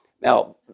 Now